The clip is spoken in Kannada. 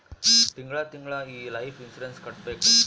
ತಿಂಗಳ ತಿಂಗಳಾ ಈ ಲೈಫ್ ಇನ್ಸೂರೆನ್ಸ್ ಕಟ್ಬೇಕು